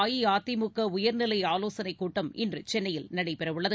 அஇஅதிமுக உயர்நிலை ஆலோசனைக் கூட்டம் இன்று சென்னையில் நடைபெறவுள்ளது